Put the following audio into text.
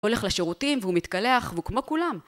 הולך לשירותים והוא מתקלח והוא כמו כולם.